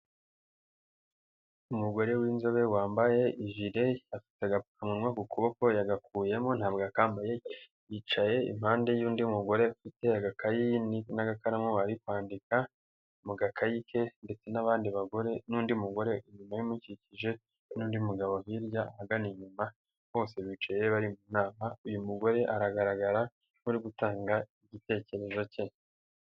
Umugore w'inzobe wambaye ijire, afite agapfumunwa ku kuboko yagakuyemo ntabwo akambaye, yicaye impande y'undi mugore ufite agakayi n'agakaramu ari kwandika mu gakayi ke ndetse n'abandi bagore n'undi mugore inyuma ye umukikije, n'undi mugabo hirya ahagana inyuma, bose bicaye bari mu nama, uyu mugore aragaragara nk'uri gutanga igitekerezo ke.